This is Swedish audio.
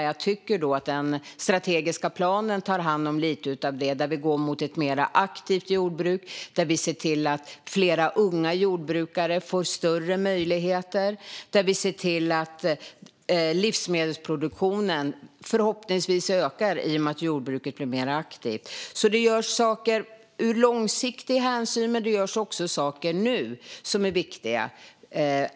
Jag tycker att den strategiska planen tar hand om lite av det, där vi går mot ett mer aktivt jordbruk, ser till att fler unga jordbrukare får större möjligheter och ser till att livsmedelsproduktionen förhoppningsvis ökar i och med att jordbruket blir mer aktivt. Det görs alltså saker långsiktigt, men det görs också saker nu som är viktiga.